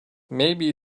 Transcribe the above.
maybe